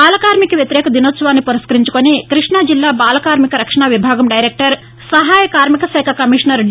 బాలకార్శిక వ్యతిరేక దినోత్సవాన్ని పురస్కరించుకుని కృష్ణాజిల్లా బాలకార్మిక రక్షణ విభాగం డైరెక్టర్ సహాయ కార్మికశాఖ కమీషనర్ డి